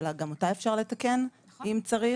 גם אותה אפשר לתקן אם צריך.